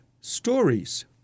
stories